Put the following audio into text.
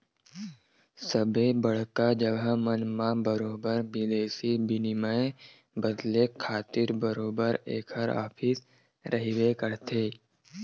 सबे बड़का जघा मन म बरोबर बिदेसी बिनिमय बदले खातिर बरोबर ऐखर ऑफिस रहिबे करथे